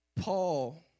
Paul